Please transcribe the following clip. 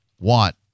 want